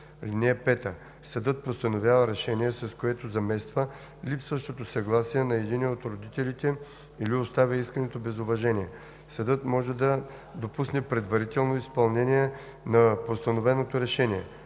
(5) Съдът постановява решение, с което замества липсващото съгласие на единия от родителите, или оставя искането без уважение. Съдът може да допусне предварително изпълнение на постановеното решение.